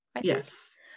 Yes